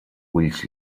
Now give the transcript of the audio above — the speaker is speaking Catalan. ulls